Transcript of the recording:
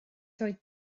ddweud